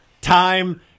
time